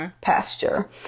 pasture